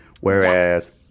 whereas